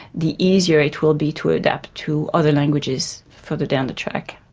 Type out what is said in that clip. the easier it will be to adapt to other languages further down the track.